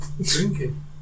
drinking